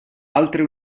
altre